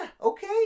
okay